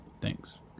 thanks